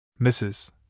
Mrs